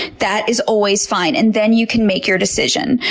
that is always fine, and then you can make your decision.